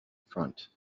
front